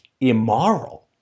immoral